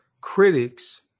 critics